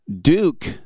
Duke